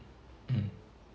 mm